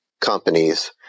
companies